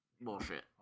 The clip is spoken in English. bullshit